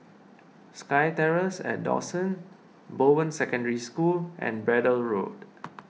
Sky Terrace at Dawson Bowen Secondary School and Braddell Road